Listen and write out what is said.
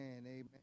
Amen